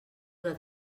una